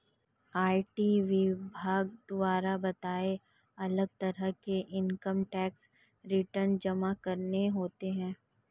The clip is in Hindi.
आई.टी विभाग द्वारा बताए, अलग तरह के इन्कम टैक्स रिटर्न जमा करने होते है